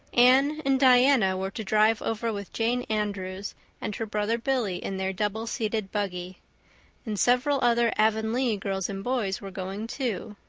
anne and diana were to drive over with jane andrews and her brother billy in their double-seated buggy and several other avonlea girls and boys were going too.